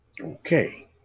Okay